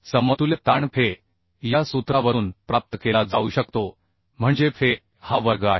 समतुल्य ताण fe या सूत्रावरून प्राप्त केला जाऊ शकतो म्हणजे fe हा वर्ग आहे